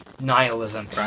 nihilism